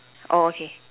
oh okay